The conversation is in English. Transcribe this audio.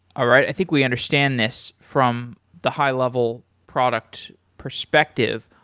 all right. i think we understand this from the high level product perspective.